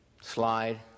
slide